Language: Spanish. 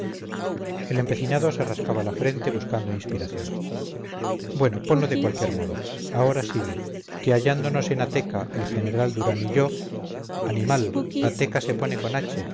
el empecinado se rascaba la frente buscando inspiración bueno ponlo de cualquier modo ahora sigue que hallándonos en ateca el general durán y yo animal ateca se pone con